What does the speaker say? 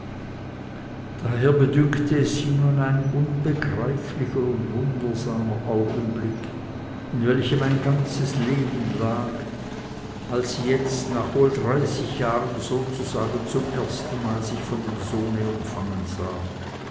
daher bedünkte es sie nun ein unbegreiflicher und wundersamer augenblick in welchem ein ganzes leben lag als sie jetzt nach wohl dreißig jahren sozusagen zum ersten mal sich von dem sohne umfangen sah